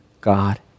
God